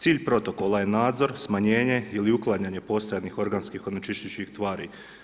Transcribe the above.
Cilj protokola je nadzor, smanjenje ili uklanjanje postojanih organskih onečišćujućih tvari.